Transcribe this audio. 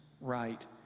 right